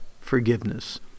forgiveness